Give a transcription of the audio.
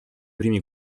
primi